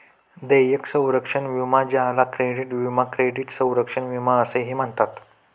देयक संरक्षण विमा ज्याला क्रेडिट विमा क्रेडिट संरक्षण विमा असेही म्हणतात